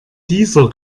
dieser